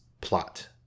plot